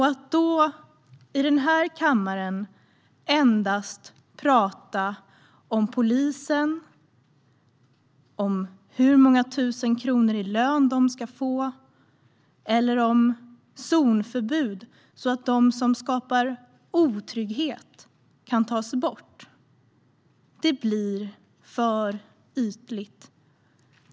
Att då i denna kammare endast tala om polisen, om hur många tusen kronor i lön de ska få, eller om zonförbud så att de som skapar otrygghet kan tas bort, blir för ytligt.